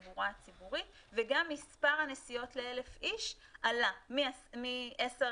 וגם מספר הנסיעות ל-1,000 איש עלה מעשר